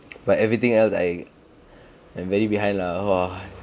but everything else I am very behind lah !wah!